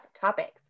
Topics